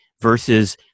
versus